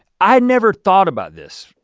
i never thought about this.